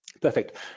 Perfect